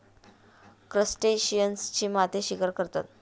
क्रस्टेशियन्सची मासे शिकार करतात